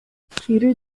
peter